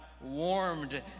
warmed